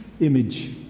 image